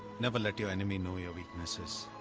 never let your enemies know your weakness.